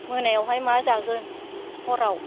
मोनायावहाय मा जागोन हराव